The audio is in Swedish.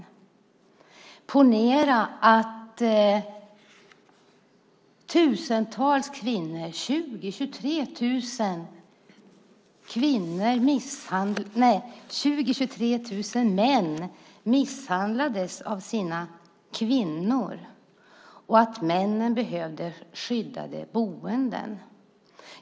Och ponera att tusentals män, att 20 000-23 000 män, misshandlades av sina kvinnor och att männen behövde skyddade boenden!